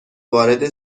وارد